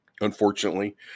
Unfortunately